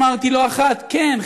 אמרתי לא אחת: כן,